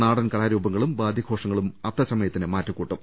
നാടൻ കലാരൂപങ്ങളും വാദ്യഘോഷ ങ്ങളും അത്തച്ചമയത്തിന് മാറ്റുകൂട്ടും